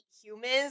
humans